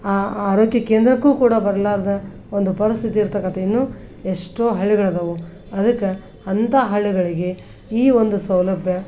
ಆ ಆರೋಗ್ಯ ಕೇಂದ್ರಕ್ಕೂ ಕೂಡ ಬರಲಾರ್ದ ಒಂದು ಪರಿಸ್ಥಿತಿ ಇರತಕ್ಕಂಥ ಇನ್ನೂ ಎಷ್ಟೋ ಹಳ್ಳಿಗಳು ಅದಾವು ಅದಕ್ಕೆ ಅಂಥ ಹಳ್ಳಿಗಳಿಗೆ ಈ ಒಂದು ಸೌಲಭ್ಯ